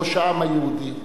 ראש העם היהודי,